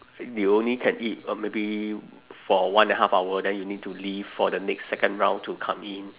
you only can eat uh maybe for one and half hour then you need to leave for the next second round to come in